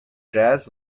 jazz